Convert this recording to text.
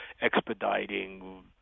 expediting